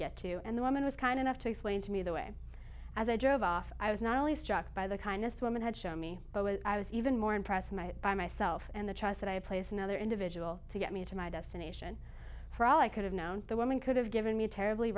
get to and the woman was kind enough to explain to me the way as i drove off i was not only struck by the kindness women had shown me but i was even more impressed my by myself and the trust that i placed another individual to get me to my destination for all i could have known the woman could have given me terribly